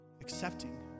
accepting